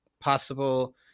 possible